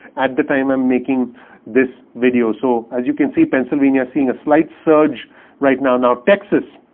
at the time i'm making this video. so as you can see, pennsylvania seeing a slight surge right now. now texas.